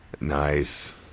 Nice